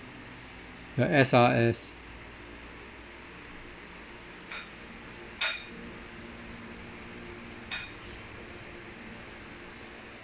the S_R_S